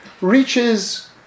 reaches